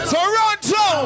Toronto